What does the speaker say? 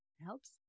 helps